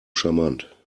charmant